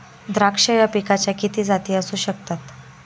द्राक्ष या पिकाच्या किती जाती असू शकतात?